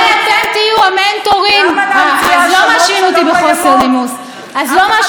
כי ראיתי שכתוב כאן: המתקפה של שרת המשפטים על בג"ץ.